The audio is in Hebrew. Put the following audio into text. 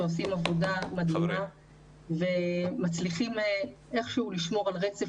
שעושים עבודה מדהימה ומצליחים איכשהו לשמור על רצף